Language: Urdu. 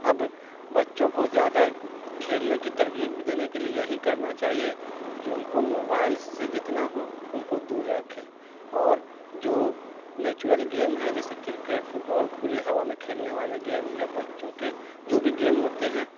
اب بچوں کو زیادہ کھیلنے کی ترغیب دینے کے لیے یہی کرنا چاہیے کہ ان کو موبائل سے جتنا ہو ان کو دور رکھیں اور جو نیچورل گیم ہیں جیسے کرکٹ فٹبال کھلے ہوا میں کھیلنے والے گیم یا بچوں کے جو بھی گیم ہوتے ہیں